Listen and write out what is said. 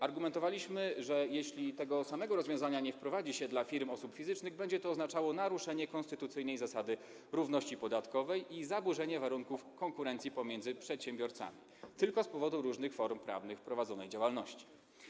Argumentowaliśmy, że jeśli tego samego rozwiązania nie wprowadzi się dla firm osób fizycznych, będzie to oznaczało naruszenie konstytucyjnej zasady równości podatkowej i zaburzenie warunków konkurencji pomiędzy przedsiębiorcami, tylko z powodu różnych form prawnych prowadzonej działalności.